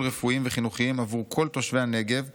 רפואיים וחינוכיים עבור כל תושבי הנגב יחד,